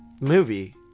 movie